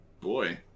Boy